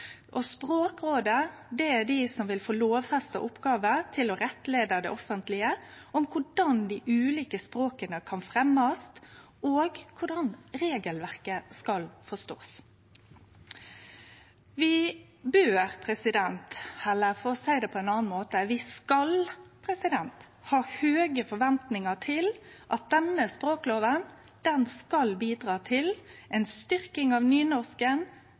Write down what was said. Språkrådet er dei som vil få lovfesta oppgåva med å rettleie det offentlege i korleis dei ulike språka kan fremjast, og korleis regelverket skal bli forstått. Vi bør, eller for å seie det på ein annan måte: Vi skal ha høge forventingar til at denne språkloven skal bidra til ei styrking av